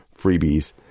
freebies